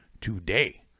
today